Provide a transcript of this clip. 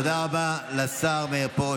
תודה רבה לשר מאיר פרוש,